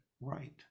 right